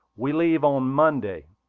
we leave on monday.